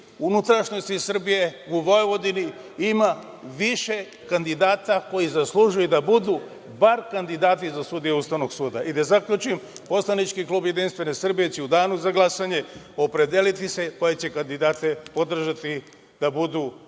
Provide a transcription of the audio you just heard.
unutrašnjosti Srbije, u Vojvodini ima više kandidata koji zaslužuju da budu bar kandidati za sudije Ustavnog suda. Da zaključim, poslanički klub Jedinstvene Srbije će se u danu za glasanje opredeliti koje će kandidate podržati da budu izabrani